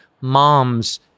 moms